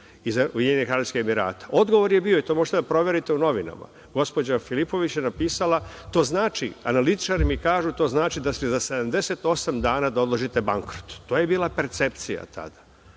Ujedinjenih Arapskih Emirata. Odgovor je bio, i to možete da proverite u novinama, gospođa Filipović je napisala – to znači, analitičari mi kažu, to znači da će za 78 dana da odložite bankrot. To je bila percepcija tada.